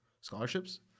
scholarships